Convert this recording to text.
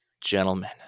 Gentlemen